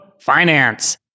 finance